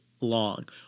long